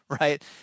right